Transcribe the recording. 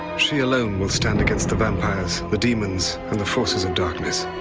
she alone will stand against the vampires, the demons, and the forces of darkness.